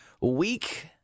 week